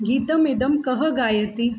गीतम् इदं कः गायति